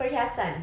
perhiasan